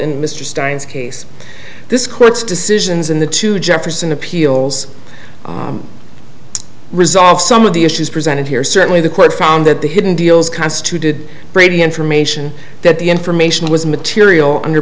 mr stein's case this court's decisions in the two jefferson appeals resolve some of the issues presented here certainly the court found that the hidden deals constituted brady information that the information was material under